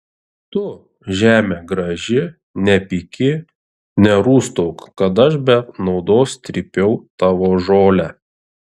tu žeme graži nepyki nerūstauk kad aš be naudos trypiau tavo žolę